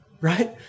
right